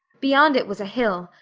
beyond it was a hill,